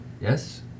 yes